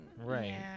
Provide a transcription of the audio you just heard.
right